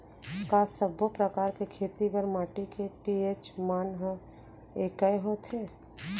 का सब्बो प्रकार के खेती बर माटी के पी.एच मान ह एकै होथे?